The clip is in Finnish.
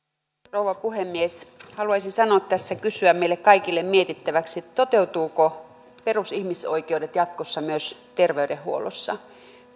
rouva puhemies haluaisin sanoa tässä meille kaikille mietittäväksi ja kysyä toteutuvatko perusihmisoikeudet jatkossa myös terveydenhuollossa